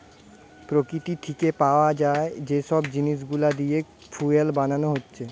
প্রকৃতি থিকে পায়া যে সব জিনিস গুলা দিয়ে ফুয়েল বানানা হচ্ছে